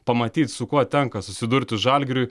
pamatyt su kuo tenka susidurti žalgiriui